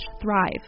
Thrive